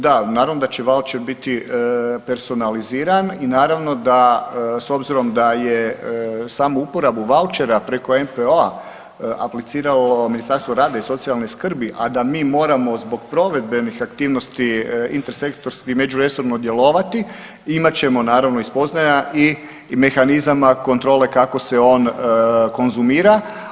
Da, naravno da će vaučer biti personaliziran i naravno da s obzirom da je samu uporabu vaučera preko NPO-a apliciralo Ministarstvo rada i socijalne skrbi, a da mi moramo zbog provedbenih aktivnosti intersektorski međuresorno djelovati imat ćemo naravno i spoznaja i mehanizama kontrole kako se on konzumira.